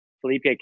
Felipe